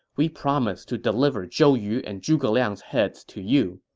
we promise to deliver zhou yu and zhuge liang's heads to you.